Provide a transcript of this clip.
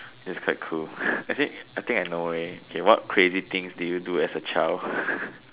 this is quite cool I think I think I know already okay what crazy things did you do as a child